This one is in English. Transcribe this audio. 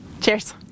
Cheers